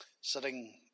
sitting